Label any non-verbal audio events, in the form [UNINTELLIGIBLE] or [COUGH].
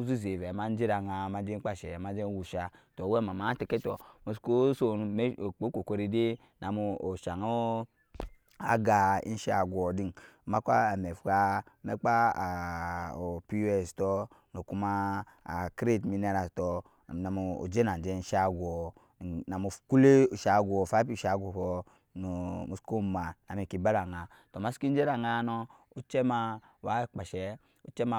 [UNINTELLIGIBLE] zɛzɛ vɛ ma jɛ da agan majɛ kpashɛ majɛ wusha tɔɔ owɛmama ma tɛkɛ tɔɔ musuku sɔɔn ku kokori dai namu shagan aga in shago din maka amɛfa maka opos tɔɔ nakuma acreat minerals tɔɔ namu jɛnajɛ enshagɔɔ namu kule oshagɔɔ kɔɔ musuku ma nabiki bada agan tɔɔ masiki jɛ da aganɔɔ ochɛma wa kpashɛ ochɛma,